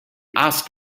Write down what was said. ask